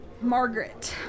margaret